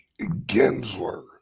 Gensler